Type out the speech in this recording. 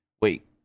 wait